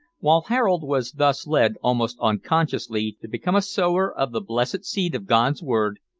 while harold was thus led, almost unconsciously, to become a sower of the blessed seed of god's word,